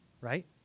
right